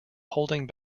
holding